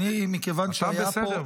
במובן הזה אתה בסדר.